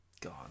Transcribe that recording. God